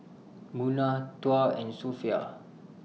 Munah Tuah and Sofea